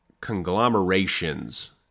conglomerations